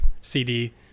CD